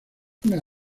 una